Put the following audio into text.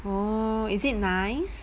oh is it nice